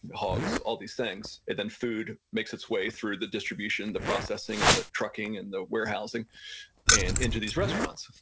hogs, all these things. then food makes its way through the distribution, the processing and the trucking and the warehousing and into these restaurants.